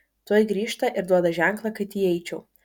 tuoj grįžta ir duoda ženklą kad įeičiau